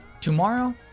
tomorrow